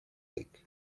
week